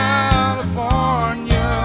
California